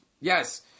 yes